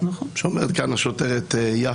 שפשוט החליט להשתמש